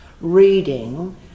reading